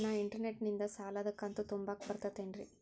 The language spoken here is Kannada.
ನಾ ಇಂಟರ್ನೆಟ್ ನಿಂದ ಸಾಲದ ಕಂತು ತುಂಬಾಕ್ ಬರತೈತೇನ್ರೇ?